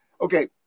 okay